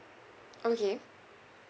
okay